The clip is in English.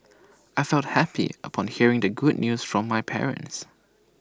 I felt happy upon hearing the good news from my parents